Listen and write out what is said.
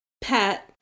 Pat